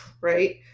right